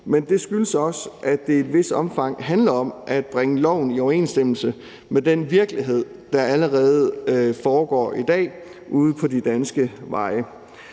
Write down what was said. men det skyldes også, at det i et vist omfang handler om at bringe loven i overensstemmelse med den virkelighed, der allerede er i dag ude på de danske veje.